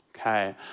Okay